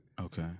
Okay